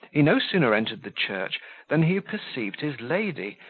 he no sooner entered the church than he perceived his lady,